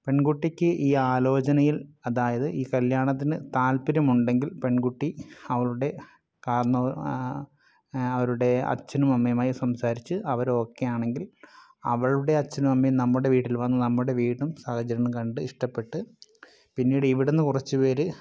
പെൺകുട്ടിക്ക് ഈ ആലോചനയിൽ അതായത് ഈ കല്യാണത്തിനു താല്പര്യമുണ്ടെങ്കിൽ പെൺകുട്ടി അവളുടെ അവരുടെ അച്ഛനും അമ്മയുമായി സംസാരിച്ച് അവര് ഓക്കെയാണെങ്കിൽ അവളുടെ അച്ഛനും അമ്മയും നമ്മുടെ വീട്ടിൽ വന്ന് നമ്മുടെ വീടും സാഹചര്യവും കണ്ട് ഇഷ്ടപ്പെട്ട് പിന്നീട് ഇവിടുന്ന് കുറച്ചു പേര്